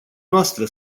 noastră